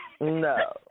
No